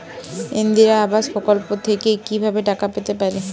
ইন্দিরা আবাস প্রকল্প থেকে কি ভাবে টাকা পেতে পারি?